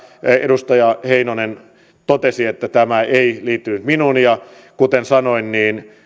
edustaja heinonen totesi että tämä ei liity minuun ja kuten sanoin